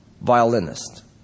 violinist